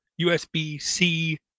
USB-C